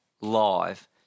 live